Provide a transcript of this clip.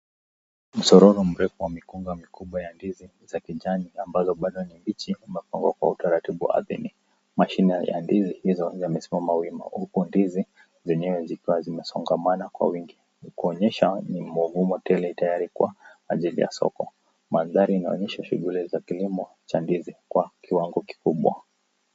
Msororo mrefu wa mikunga mikubwa ya ndizi za kijani ambazo bado ni bichi zimepangwa kwa utaratibu ardhini. Matunda ya ndizi hizo yamesimama wima huku ndizi zenyewe zikiwa zimesongamana kwa wingi kuonyesha humohumo tayari kuwa hazijajaa soko. Madhali inaonyesha shughuli za kilimo cha ndizi kwa kiwangi kikubwa.